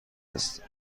هستید